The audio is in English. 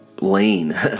lane